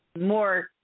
more